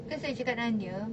because I cakap dengan dia